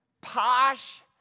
posh